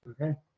Okay